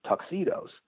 tuxedos